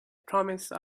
promise